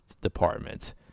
department